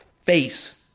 face